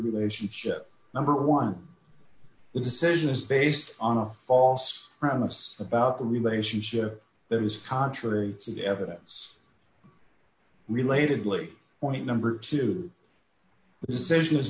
relationship number one the decision is based on a false premise about the relationship that is contrary to the evidence related lee point number two the decision is